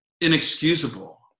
inexcusable